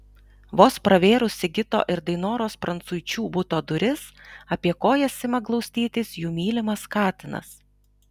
vos pravėrus sigito ir dainoros prancuičių buto duris apie kojas ima glaustytis jų mylimas katinas